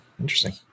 interesting